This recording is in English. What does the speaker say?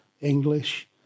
English